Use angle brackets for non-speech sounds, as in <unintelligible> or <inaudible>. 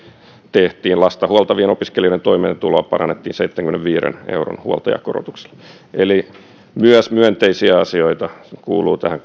tehtiin lasta huoltavien opiskelijoiden toimeentuloa parannettiin seitsemänkymmenenviiden euron huoltajakorotuksella eli myös myönteisiä asioita kuuluu tähän <unintelligible>